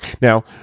Now